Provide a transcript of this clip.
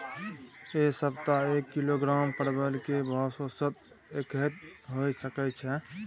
ऐ सप्ताह एक किलोग्राम परवल के भाव औसत कतेक होय सके छै?